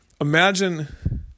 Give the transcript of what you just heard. imagine